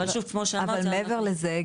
אבל מעבר לזה,